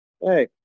hey